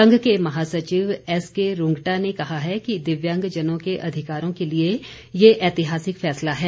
संघ के महासचिव एस के रूंग्टा ने कहा है कि दिव्यांगजनों के अधिकारों के लिए यह ऐतिहासिक फैसला है